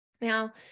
Now